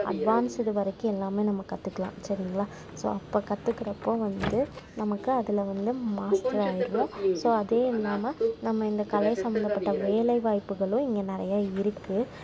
advanced வரைக்கும் எல்லாமே நம்ம கற்றுக்குலாம் சரிங்களா ஸோ அப்போ கற்றுக்குறப்போ வந்து நமக்கு அதில் வந்து மாஸ்டரு ஆயிடுவோம் ஸோ அதே இல்லாமல் நம்ம இந்த கலை சம்மந்தப்பட்ட வேலை வாய்ப்புகளும் இங்கே நிறைய இருக்குது